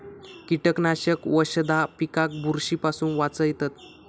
कीटकनाशक वशधा पिकाक बुरशी पासून वाचयतत